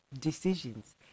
decisions